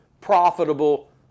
profitable